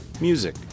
music